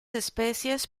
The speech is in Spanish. especies